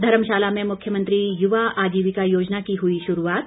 धर्मशाला में मुख्यमंत्री युवा आजीविका योजना की हुई शुरूआत